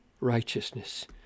righteousness